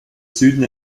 süden